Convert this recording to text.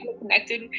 connected